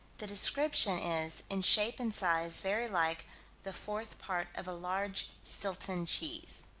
the description is in shape and size very like the fourth part of a large stilton cheese.